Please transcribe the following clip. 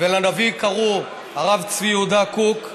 ולנביא קראו הרב צבי יהודה קוק.